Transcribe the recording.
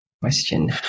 question